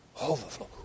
Overflow